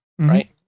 Right